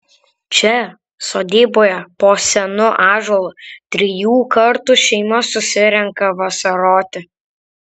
čia sodyboje po senu ąžuolu trijų kartų šeima susirenka vasaroti